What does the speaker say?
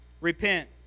Repent